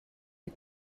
you